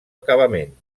acabament